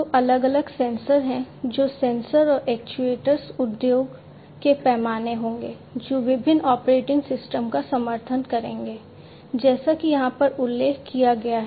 तो अलग अलग सेंसर हैं जो सेंसर और एक्ट्यूएटर्स उद्योग के पैमाने होंगे जो विभिन्न ऑपरेटिंग सिस्टम का समर्थन करेंगे जैसे कि यहां पर उल्लेख किया गया है